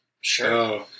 Sure